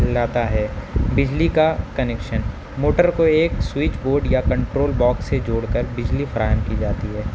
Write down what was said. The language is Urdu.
لاتا ہے بجلی کا کنیکشن موٹر کو ایک سوئچ بورڈ یا کنٹرول باکس سے جوڑ کر بجلی فراہم کی جاتی ہے